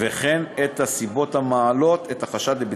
לבחינת חשדות פליליים.